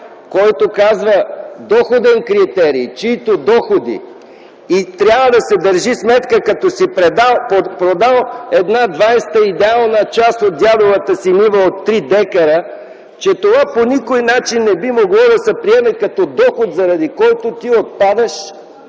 който казва „доходен критерий, чиито доходи …” Трябва да се държи сметка, че като си продал една двадесета част от дядовата си нива от 3 дка, това по никой начин не би могло да се приеме като доход, заради който ти отпадаш